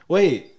Wait